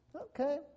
Okay